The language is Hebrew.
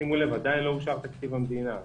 שימו לב, עדיין לא אושר תקציב המדינה.